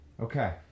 Okay